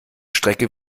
strecke